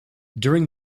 during